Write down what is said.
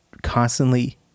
constantly